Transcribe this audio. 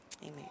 Amen